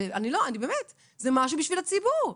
אני לא, אני באמת, זה משהו בשביל הציבור.